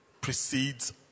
precedes